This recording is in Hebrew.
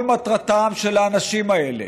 כל מטרתם של האנשים האלה